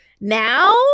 Now